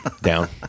Down